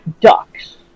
ducks